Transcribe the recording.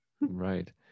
Right